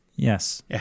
Yes